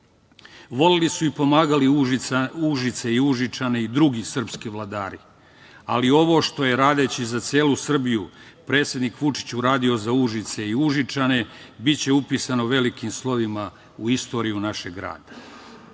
su i pomagali Užice u Užičane i drugi srpski vladari, ali ovo što je radeći za celu Srbiju predsednik Vučić uradio za Užice i Užičane, biće upisano velikim slovima u istoriju našeg grada.